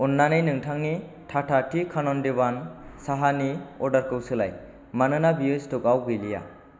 अन्नानै नोंथांनि टाटा टि कानन देवान साहानि अर्डारखौ सोलाय मानोना बेयो स्ट'कआव गैलिया